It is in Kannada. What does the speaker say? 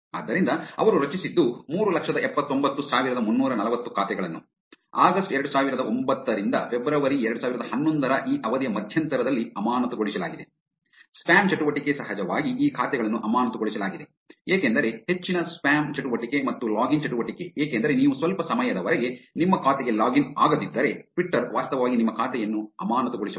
ಆದ್ದರಿಂದ ಅವರು ರಚಿಸಿದ್ದು ಮೂರು ಲಕ್ಷದ ಎಪ್ಪತ್ತೊಂಬತ್ತು ಸಾವಿರದ ಮುನ್ನೂರ ನಲವತ್ತು ಖಾತೆಗಳನ್ನು ಆಗಸ್ಟ್ 2009 ರಿಂದ ಫೆಬ್ರವರಿ 2011 ರ ಈ ಅವಧಿಯ ಮಧ್ಯಂತರದಲ್ಲಿ ಅಮಾನತುಗೊಳಿಸಲಾಗಿದೆ ಸ್ಪ್ಯಾಮ್ ಚಟುವಟಿಕೆ ಸಹಜವಾಗಿ ಈ ಖಾತೆಗಳನ್ನು ಅಮಾನತುಗೊಳಿಸಲಾಗಿದೆ ಏಕೆಂದರೆ ಹೆಚ್ಚಿನ ಸ್ಪ್ಯಾಮ್ ಚಟುವಟಿಕೆ ಮತ್ತು ಲಾಗಿನ್ ಚಟುವಟಿಕೆ ಏಕೆಂದರೆ ನೀವು ಸ್ವಲ್ಪ ಸಮಯದವರೆಗೆ ನಿಮ್ಮ ಖಾತೆಗೆ ಲಾಗಿನ್ ಆಗದಿದ್ದರೆ ಟ್ವಿಟರ್ ವಾಸ್ತವವಾಗಿ ನಿಮ್ಮ ಖಾತೆಯನ್ನು ಅಮಾನತುಗೊಳಿಸಬಹುದು